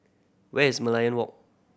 where is Merlion Walk